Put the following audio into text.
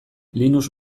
linux